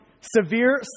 Severe